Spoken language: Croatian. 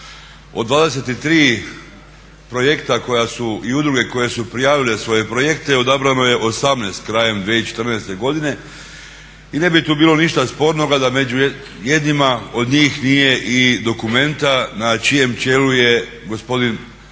Od 23 projekta koja su i udruge koje su prijavile svoje projekte odabrano je 18, krajem 2014. godine. I ne bi tu bilo ništa spornoga da među jednima od njih nije i Documenta na čijem čelu je gospodin